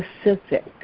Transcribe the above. specific